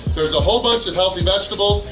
there's a whole bunch of healthy vegetables,